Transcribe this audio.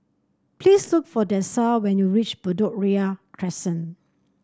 please look for Dessa when you reach Bedok Ria Crescent